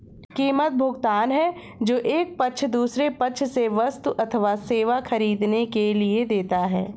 कीमत, भुगतान है जो एक पक्ष दूसरे पक्ष से वस्तु अथवा सेवा ख़रीदने के लिए देता है